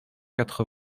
quatre